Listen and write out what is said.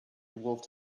wolfed